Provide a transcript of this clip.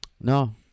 No